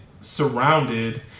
surrounded